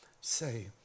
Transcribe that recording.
say